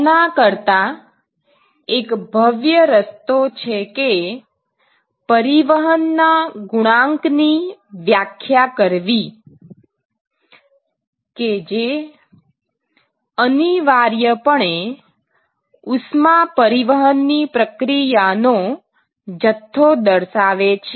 તેના કરતાં એક ભવ્ય રસ્તો છે કે પરિવહનના ગુણાંકની વ્યાખ્યા કરવી કે જે અનિવાર્યપણે ઉષ્મા પરિવહનની પ્રક્રિયાનો જથ્થો દર્શાવે છે